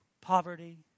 Poverty